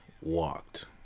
walked